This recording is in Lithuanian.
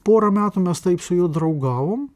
porą metų mes taip su juo draugavom